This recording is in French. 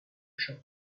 chant